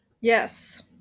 Yes